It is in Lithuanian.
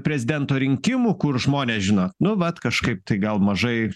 prezidento rinkimų kur žmonės žino nu vat kažkaip tai gal mažai